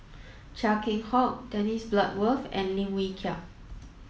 Chia Keng Hock Dennis Bloodworth and Lim Wee Kiak